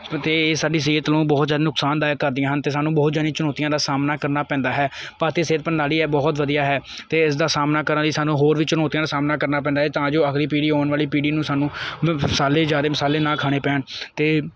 ਅਤੇ ਇਹ ਸਾਡੀ ਸਿਹਤ ਨੂੰ ਬਹੁਤ ਜ਼ਿਆਦਾ ਨੁਕਸਾਨਦਾਇਕ ਕਰਦੀਆਂ ਹਨ ਅਤੇ ਸਾਨੂੰ ਬਹੁਤ ਜ਼ਿਆਦਾ ਚੁਣੌਤੀਆਂ ਦਾ ਸਾਹਮਣਾ ਕਰਨਾ ਪੈਂਦਾ ਹੈ ਭਾਰਤੀ ਸਿਹਤ ਪ੍ਰਣਾਲੀ ਹੈ ਬਹੁਤ ਵਧੀਆ ਹੈ ਅਤੇ ਇਸ ਦਾ ਸਾਹਮਣਾ ਕਰਨ ਲਈ ਸਾਨੂੰ ਹੋਰ ਵੀ ਚੁਣੌਤੀਆਂ ਦਾ ਸਾਹਮਣਾ ਕਰਨਾ ਪੈਂਦਾ ਹੈ ਤਾਂ ਜੋ ਅਗਲੀ ਪੀੜ੍ਹੀ ਆਉਣ ਵਾਲੀ ਪੀੜ੍ਹੀ ਨੂੰ ਸਾਨੂੰ ਮਸਾਲੇ ਜ਼ਿਆਦਾ ਮਸਾਲੇ ਨਾ ਖਾਣੇ ਪੈਣ ਅਤੇ